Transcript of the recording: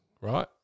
right